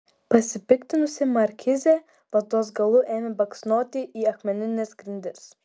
pasipiktinusi markizė lazdos galu ėmė baksnoti į akmenines grindis